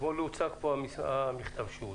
אתמול הוצג פה המכתב שהוא הוציא.